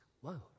whoa